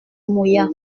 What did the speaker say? mouilla